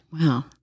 wow